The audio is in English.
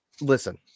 listen